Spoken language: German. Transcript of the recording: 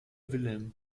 wilhelm